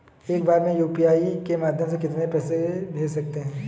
एक बार में यू.पी.आई के माध्यम से कितने पैसे को भेज सकते हैं?